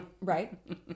Right